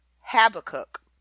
Habakkuk